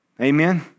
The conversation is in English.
Amen